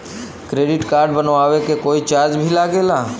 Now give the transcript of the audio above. Credit card बनवावे के कोई चार्ज भी लागेला?